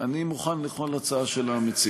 אני מוכן לכל הצעה של המציעים.